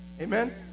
Amen